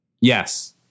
Yes